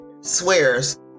swears